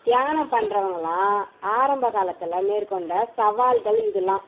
தியானம் பண்ணுறவங்களாம் ஆரம்ப காலத்தில் மேற்கொண்ட சவால்கள் இதெலாம்